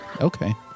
Okay